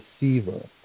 receiver